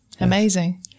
Amazing